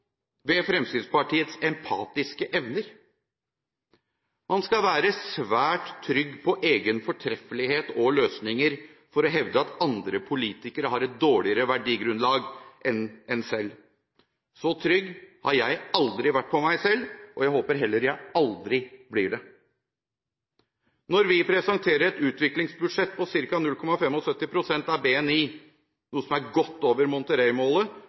ved Fremskrittspartiets empatiske evner. Man skal være svært trygg på egen fortreffelighet og egne løsninger for å hevde at andre politikere har et dårligere verdigrunnlag enn en selv. Så trygg har jeg aldri vært på meg selv, og jeg håper jeg heller aldri blir det. Når vi presenterer et utviklingsbudsjett på ca. 0,75 pst. av BNI, noe som er godt over